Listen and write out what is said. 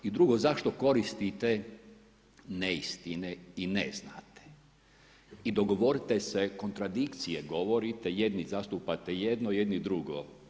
I drugo, zašto koristite neistine i ne znate, i dogovorite se, kontradikcije govorite, jedni zastupate jedno, jedni drugo.